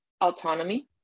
autonomy